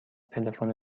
تلفن